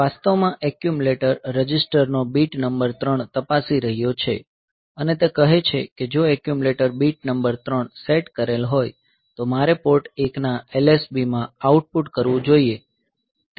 આ વાસ્તવમાં accumulator register નો બીટ નંબર 3 તપાસી રહ્યો છે અને તે કહે છે કે જો એક્યુમ્યુલેટર બીટ નંબર 3 સેટ કરેલ હોય તો મારે પોર્ટ 1 ના LSBમાં આઉટપુટ કરવું જોઈએ